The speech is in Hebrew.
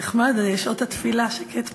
נחמד, שעות התפילה, שקט פה.